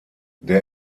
der